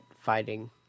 fighting